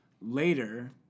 later